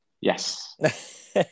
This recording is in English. Yes